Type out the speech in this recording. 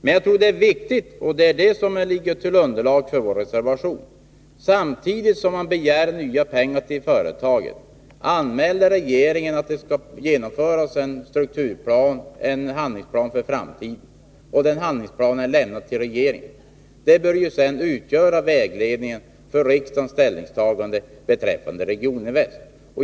Jag tror att det är viktigt att man — det är det som ligger till grund för vår reservation — samtidigt som man begär nya pengar till företaget anmäler till regeringen att man har en handlingsplan för framtiden som avses genomföras och att man överlämnar denna plan till regeringen. Den bör sedan utgöra vägledning för riksdagens ställningstagande beträffande Regioninvest.